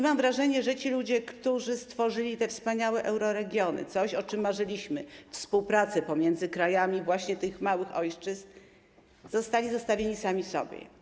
Mam wrażenie, że ci ludzie, którzy stworzyli te wspaniałe euroregiony, coś, o czym marzyliśmy, współpracę pomiędzy krajami tych małych ojczyzn, zostali zostawieni sami sobie.